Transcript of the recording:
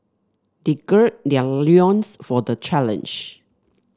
they gird their loins for the challenge